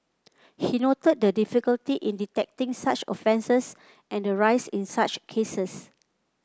he noted the difficulty in detecting such offences and the rise in such cases